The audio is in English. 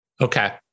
Okay